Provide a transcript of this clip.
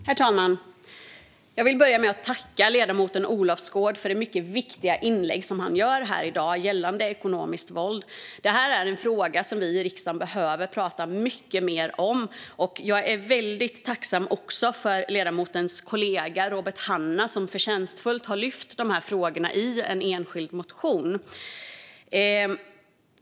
Herr talman! Jag vill börja med att tacka ledamoten Olofsgård för hans mycket viktiga inlägg gällande ekonomiskt våld. Detta är en fråga som vi i riksdagen behöver prata mycket mer om. Jag är också väldigt tacksam för att ledamotens kollega Robert Hannah förtjänstfullt har lyft fram dessa frågor i en enskild motion.